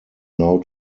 now